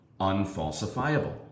unfalsifiable